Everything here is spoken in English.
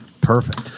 Perfect